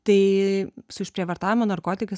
tai su išprievartavimo narkotikais